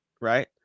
right